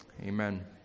Amen